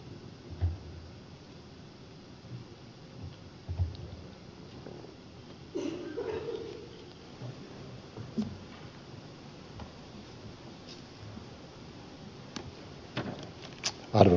arvoisa rouva puhemies